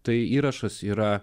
tai įrašas yra